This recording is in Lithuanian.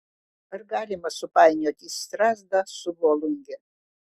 ar galima supainioti strazdą su volunge